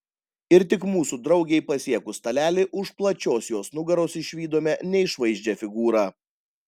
ir tik mūsų draugei pasiekus stalelį už plačios jos nugaros išvydome neišvaizdžią figūrą